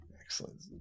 Excellent